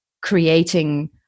creating